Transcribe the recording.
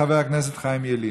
חבר הכנסת חיים ילין,